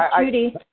Judy